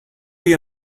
you